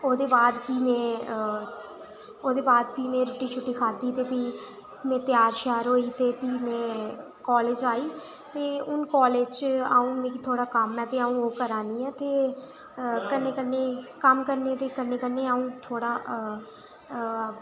ओह् दे बा'द कि में रूट्टी छुट्टी खाद्धी ते फ्ही में त्यार शेयार होई ते फ्ही में कालेज आई ते हून कालेज अ'ऊं मिगी थोह्ड़ा कम्म ऐ ते ओह् अ'ऊं करा नी कन्नै कन्नै अ'ऊं थोह्ड़ा